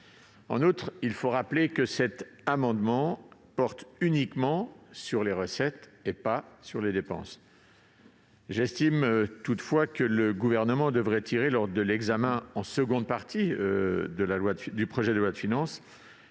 En outre, il faut rappeler que cet amendement porte uniquement sur les recettes, et non sur les dépenses. J'estime toutefois que le Gouvernement devrait tirer, lors de l'examen de la seconde partie du projet de loi de finances,